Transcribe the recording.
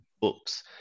books